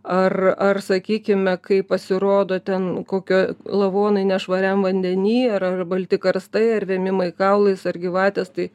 ar ar sakykime kai pasirodo ten kokio lavonai nešvariam vandeny ar ar balti karstai ar vėmimai kaulais ar gyvatės tai